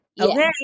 Okay